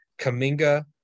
Kaminga